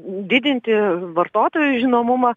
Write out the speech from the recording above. didinti vartotojų žinomumą